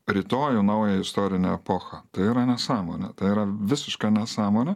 rytojų naują istorinę epochą tai yra nesąmonė tai yra visiška nesąmonė